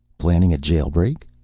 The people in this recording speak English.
planning a jailbreak?